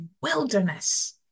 wilderness